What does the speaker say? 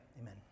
Amen